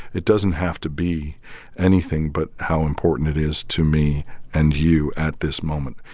it doesn't have to be anything but how important it is to me and you at this moment.